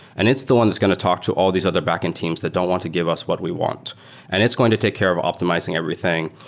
and it's the one that's going to talk to all these other backend teams that don't want to give us what we want and it's going to take care of optimizing everything.